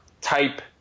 type